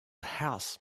house